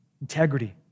integrity